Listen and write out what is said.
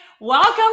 Welcome